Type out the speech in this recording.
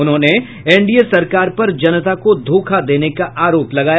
उन्होंने एनडीए सरकार पर जनता को धोखा देने का आरोप लगाया